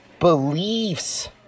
beliefs